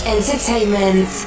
Entertainment